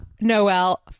Noel